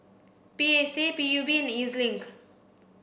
P A C P U B and E Z Link